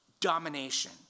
domination